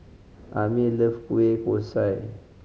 Amir loves kueh kosui